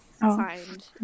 signed